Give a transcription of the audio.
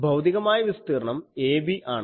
ഭൌതികമായ വിസ്തീർണ്ണം ab ആണ്